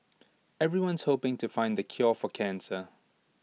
everyone's hoping to find the cure for cancer